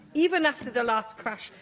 even after the last crash,